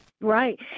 Right